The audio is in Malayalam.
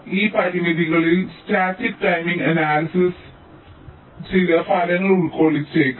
ഈ പരിമിതികളിൽ സ്റ്റാറ്റിക് ടൈമിംഗ് അനാലിസിസ് STA യുടെ ചില ഫലങ്ങൾ ഉൾക്കൊള്ളിച്ചേക്കാം